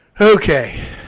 Okay